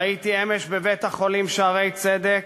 ראיתי אמש בבית-החולים "שערי צדק"